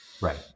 Right